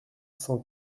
cent